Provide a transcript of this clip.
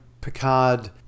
Picard